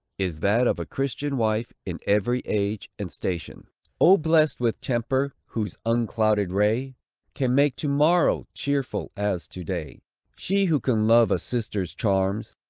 is that of a christian wife in every age and station oh! blest with temper whose unclouded ray can make tomorrow cheerful as to-day she who can love a sister's charms,